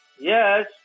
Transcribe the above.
Yes